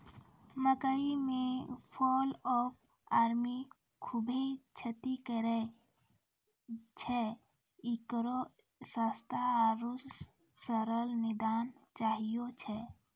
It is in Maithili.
मकई मे फॉल ऑफ आर्मी खूबे क्षति करेय छैय, इकरो सस्ता आरु सरल निदान चाहियो छैय?